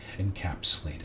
encapsulated